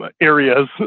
areas